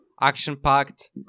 Action-packed